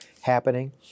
happening